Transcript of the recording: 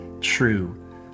true